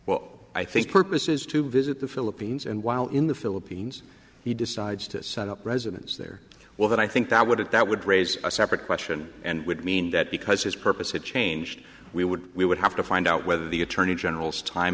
well i think purpose is to visit the philippines and while in the philippines he decides to set up residence there well that i think i would have that would raise a separate question and would mean that because his purpose had changed we would we would have to find out whether the attorney general's time